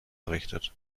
errichtet